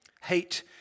Hate